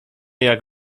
jak